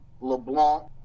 LeBlanc